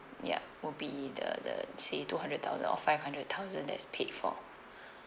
ya will be the the you say two hundred thousand or five hundred thousand that's paid for